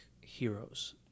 heroes